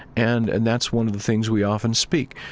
and and that's one of the things we often speak.